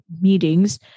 meetings